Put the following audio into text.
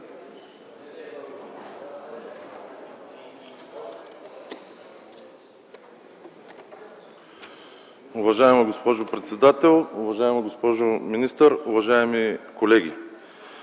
Уважаема госпожо председател, уважаема госпожо министър, уважаеми колеги!